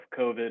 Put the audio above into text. COVID